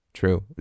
true